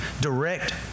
direct